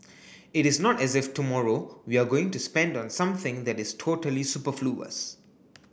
it is not as if tomorrow we are going to spend on something that is totally superfluous